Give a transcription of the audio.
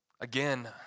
Again